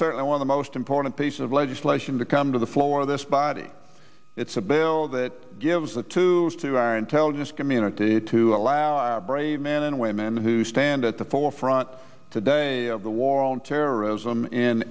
certainly one of the most important piece of legislation to come to the floor of this body it's a bill that gives a two to our intelligence community to allow our brave men and women who stand at the forefront today of the war on terrorism in